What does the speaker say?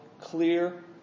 clear